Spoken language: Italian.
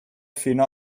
fino